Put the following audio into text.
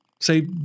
say